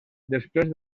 després